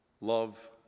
love